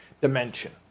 dimension